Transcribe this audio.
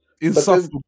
Insufferable